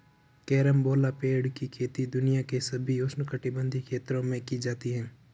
carambola पेड़ की खेती दुनिया के सभी उष्णकटिबंधीय क्षेत्रों में की जाती है